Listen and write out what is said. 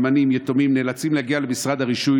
אלמנים ויתומים נאלצים להגיע למשרד הרישוי